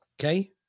Okay